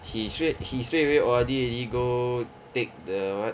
he straight he straight away O_R_D already go take the what